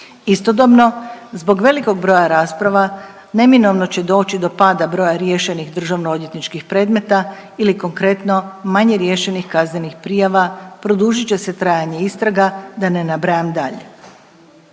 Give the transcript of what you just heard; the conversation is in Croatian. Istodobno zbog velikog broja rasprava neminovno će doći do pada broja riješenih državno odvjetničkih predmeta ili konkretno manje riješenih kaznenih prijava, produžit će se trajanje istraga, da ne nabrajam dalje.